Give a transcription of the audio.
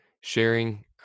sharing